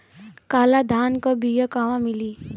काला धान क बिया कहवा मिली?